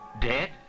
Dead